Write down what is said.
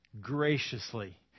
Graciously